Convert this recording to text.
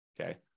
okay